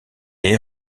est